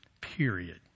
period